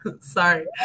sorry